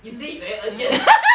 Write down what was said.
you say eh urgent eh